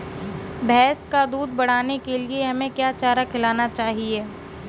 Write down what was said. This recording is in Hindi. भैंस का दूध बढ़ाने के लिए हमें क्या चारा खिलाना चाहिए?